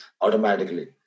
automatically